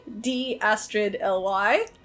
D-Astrid-L-Y